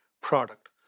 product